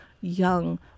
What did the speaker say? young